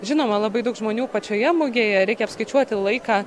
žinoma labai daug žmonių pačioje mugėje reikia apskaičiuoti laiką